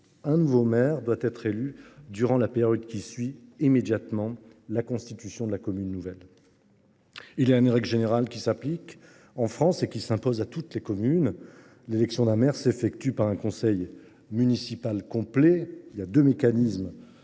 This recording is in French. un nouveau maire doit être élu durant la période qui suit immédiatement la création de la commune nouvelle. Il y a une règle générale qui s’applique et qui s’impose à toutes les communes de France : l’élection d’un maire s’effectue par un conseil municipal complet. Concrètement,